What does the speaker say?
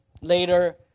later